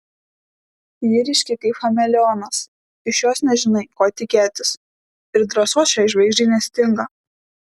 ji ryški kaip chameleonas iš jos nežinai ko tikėtis ir drąsos šiai žvaigždei nestinga